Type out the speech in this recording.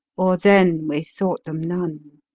or then we thought them none.